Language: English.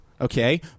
Okay